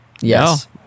Yes